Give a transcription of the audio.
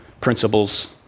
principles